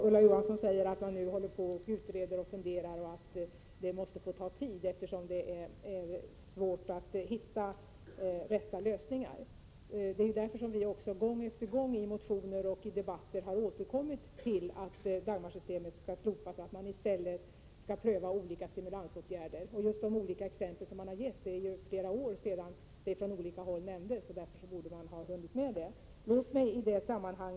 Ulla Johansson säger att man nu håller på att utreda och fundera och att det måste ta tid, eftersom det är svårt att hitta de riktiga lösningarna. Vi har också gång på gång i motioner och debatter återkommit till att Dagmarsystemet bör slopas och att man i stället bör pröva olika stimulansåtgärder. Det har ju gått flera år sedan förslagen lades fram, och därför borde man ha hunnit med att vidta ändringar.